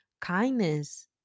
Kindness